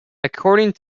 according